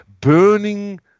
burning